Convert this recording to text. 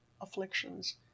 afflictions